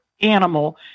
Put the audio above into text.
animal